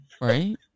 right